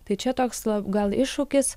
tai čia toks gal iššūkis